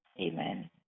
Amen